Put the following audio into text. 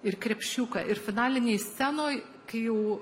ir krepšiuką ir finalinėj scenoj kai jau